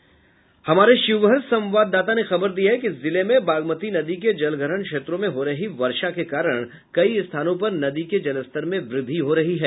हमारे शिवहर संवाददाता ने खबर दी है कि जिले में बागमती नदी के जलग्रहण क्षेत्रों में हो रही वर्षा के कारण कई स्थानों पर नदी के जलस्तर में वृद्धि हो रही है